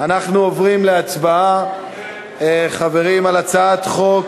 אנחנו עוברים להצבעה, חברים, על הצעת חוק